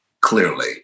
clearly